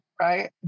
right